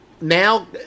now